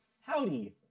Howdy